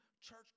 church